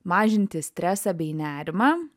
mažinti stresą bei nerimą